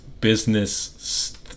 business